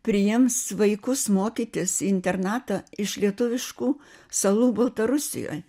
priims vaikus mokytis į internatą iš lietuviškų salų baltarusijoj